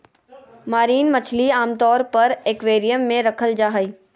marine मछली आमतौर पर एक्वेरियम मे रखल जा हई